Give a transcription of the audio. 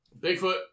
Bigfoot